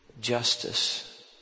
justice